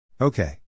Okay